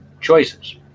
choices